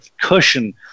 cushion